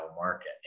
market